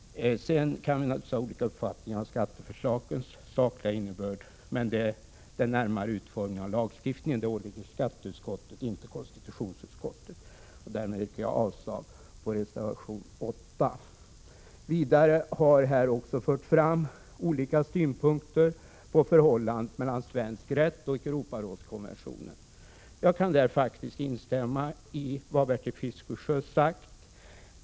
Man kan sedan naturligtvis ha olika uppfattning om skatteförslagens sakliga innebörd, men den närmare utformningen av lagstiftningen åvilar skatteutskottet — inte konstitutionsutskottet. Därmed yrkar jag avslag på reservation 8. Vidare har olika synpunkter framförts på förhållandet mellan svensk rätt och Europarådskonventionen. Jag kan här instämma i vad Bertil Fiskesjö sagt.